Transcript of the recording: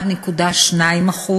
1.2%,